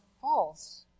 false